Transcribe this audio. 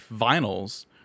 vinyls